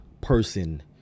person